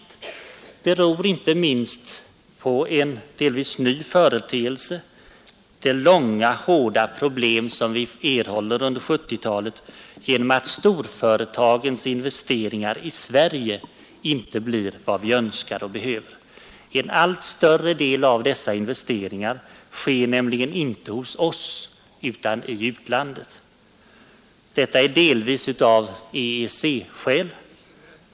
Det beror inte minst på en delvis ny företeelse: de stora och svårlösta problem som vi får under 1970-talet genom att de svenska storföretagens investeringar inom Sverige inte blir vad vi önskar och behöver. En allt större del av dessa investeringar sker nämligen inte hos oss utan i utlandet. Detta är delvis av EEC-skäl.